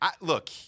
Look